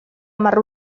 hamar